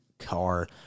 car